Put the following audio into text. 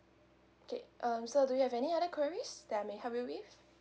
okay um so do you have any other queries that I may help you with